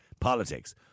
politics